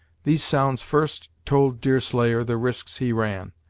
these sounds first told deerslayer the risks he ran.